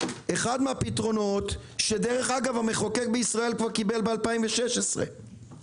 הפתרונות שהמחוקק קיבל כבר ב-2016, הוא